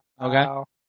Okay